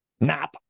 Nap